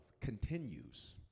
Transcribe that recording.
continues